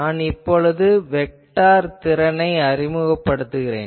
நான் இப்பொழுது வெக்டார் திறனை அறிமுகப்படுத்துகிறேன்